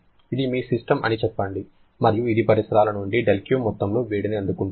ఇది మీ సిస్టమ్ అని చెప్పండి మరియు ఇది పరిసరాల నుండి δQ మొత్తంలో వేడిని అందుకుంటుంది